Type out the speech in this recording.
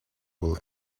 will